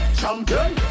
champion